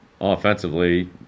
offensively